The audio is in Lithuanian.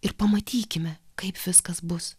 ir pamatykime kaip viskas bus